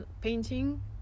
painting